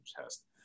test